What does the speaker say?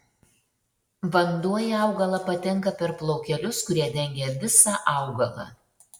vanduo į augalą patenka per plaukelius kurie dengia visą augalą